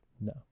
No